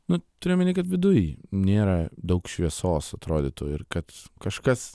na turiu omeny kad viduj nėra daug šviesos atrodytų ir kad kažkas